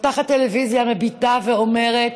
פותחת טלוויזיה, מביטה ואומרת: